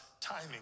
timing